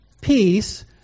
peace